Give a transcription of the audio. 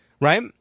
Right